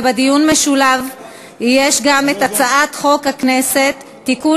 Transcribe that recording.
ובדיון המשולב יש גם הצעת חוק הכנסת (תיקון